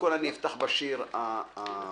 אני אפתח בשיר שאני